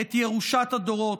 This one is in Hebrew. "את ירושת הדורות.